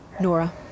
Nora